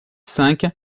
cinq